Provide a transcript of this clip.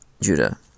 Judah